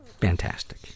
Fantastic